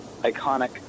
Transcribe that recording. iconic